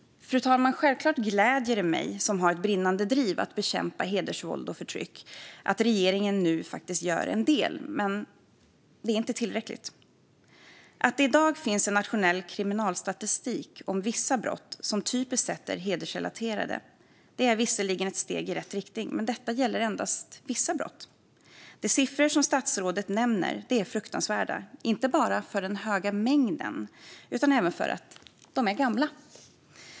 Fru talman! Självklart gläder det mig, som har ett brinnande driv att bekämpa hedersvåld och förtryck, att regeringen nu faktiskt gör en del. Men det är inte tillräckligt. Att det i dag finns en nationell kriminalstatistik om vissa brott som typiskt sett är hedersrelaterade är visserligen ett steg i rätt riktning, men detta gäller endast vissa brott. De siffror som statsrådet nämner är fruktansvärda, inte bara för den stora mängden utan även för att de är gamla.